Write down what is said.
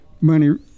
money